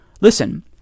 Listen